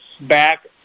back